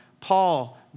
Paul